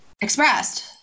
Expressed